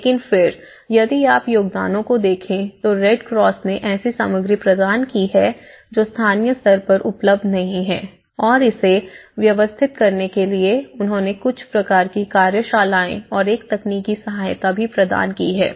लेकिन फिर यदि आप योगदानों को देखें तो रेड क्रॉस ने ऐसी सामग्री प्रदान की है जो स्थानीय स्तर पर उपलब्ध नहीं हैं और इसे व्यवस्थित करने के लिए उन्होंने कुछ प्रकार की कार्यशालाएँ और एक तकनीकी सहायता भी प्रदान की है